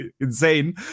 insane